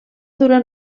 durar